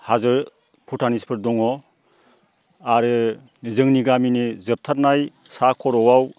हाजो भुटानिसफोर दङ आरो जोंनि गामिनि जोबथारनाय साहा खर'आव